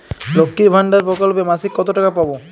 লক্ষ্মীর ভান্ডার প্রকল্পে মাসিক কত টাকা পাব?